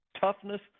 toughness